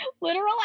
literal